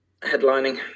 headlining